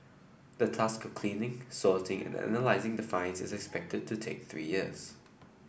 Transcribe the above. the task cleaning sorting and analysing the finds is expected to take three years